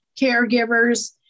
caregivers